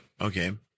Okay